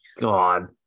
God